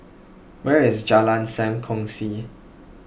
where is Jalan Sam Kongsi